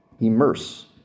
Immerse